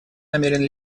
намерен